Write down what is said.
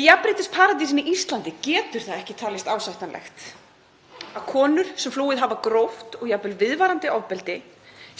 Í jafnréttisparadísinni Íslandi getur það ekki talist ásættanlegt að konur sem flúið hafa gróft og jafnvel viðvarandi ofbeldi